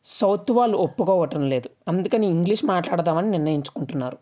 south వాళ్ళు ఒప్పుకోవటం లేదు అందుకని ఇంగ్లీష్ మాట్లాడదామని నిర్ణయించుకుంటున్నారు